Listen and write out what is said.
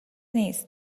نیست